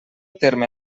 terme